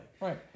Right